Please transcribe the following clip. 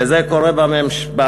וזה קורה במשמרת